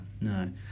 no